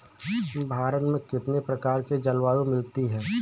भारत में कितनी प्रकार की जलवायु मिलती है?